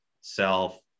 self